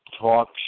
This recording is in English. talk